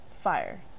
fire